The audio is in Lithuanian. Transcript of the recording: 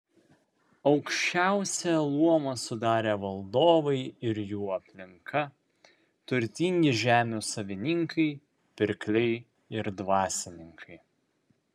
aukščiausią luomą sudarė valdovai ir jų aplinka turtingi žemių savininkai pirkliai ir dvasininkai